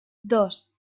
dos